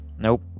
Nope